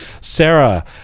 sarah